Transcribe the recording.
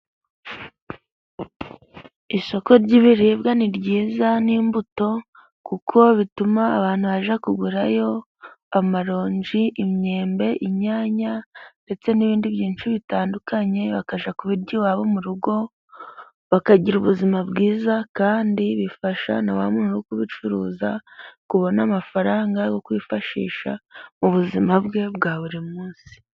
Isoko ry'ibiribwa ni ryiza n'imbuto， kuko bituma abantu bajya kugurayo amaronji，imyembe，inyanya，ndetse n'ibindi byinshi bitandukanye，bakajya kubirya iwabo mu rugo，bakagira ubuzima bwiza，kandi bifasha na wa muntu uri kubicuruza，kubona amafaranga yo kwifashisha，ubuzima bwe bwa buri munsi.